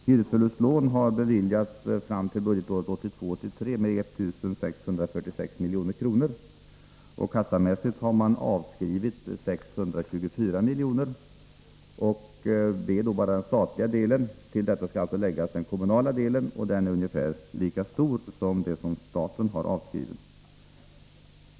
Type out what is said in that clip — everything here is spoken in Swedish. Hyresförlustlån har beviljats fram till budgetåret 1982/83 med 1646 milj.kr., och kassamässigt har man avskrivit 624 miljoner. Det är bara den statliga delen; till detta skall alltså läggas den kommunala delen, och den är ungefär lika stor.